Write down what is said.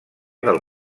del